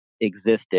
existed